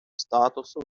статусу